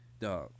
Dog